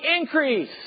increase